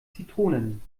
zitronen